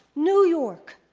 new york,